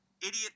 idiot